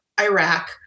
Iraq